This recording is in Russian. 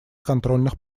контрольных